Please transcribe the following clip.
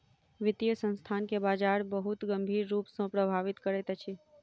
वित्तीय संस्थान के बजार बहुत गंभीर रूप सॅ प्रभावित करैत अछि